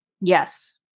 Yes